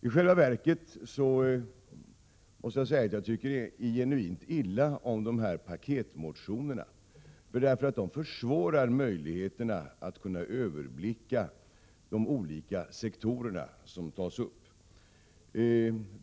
I själva verket tycker jag genuint illa om paketmotionerna, därför att de försvårar möjligheterna att överblicka de olika sektorer som tas upp.